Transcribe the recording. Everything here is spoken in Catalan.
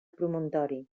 promontori